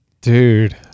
Dude